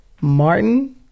Martin